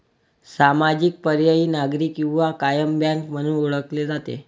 सामाजिक, पर्यायी, नागरी किंवा कायम बँक म्हणून ओळखले जाते